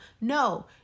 No